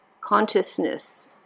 Consciousness